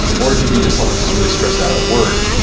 or it could be just someone who's really stressed out at work.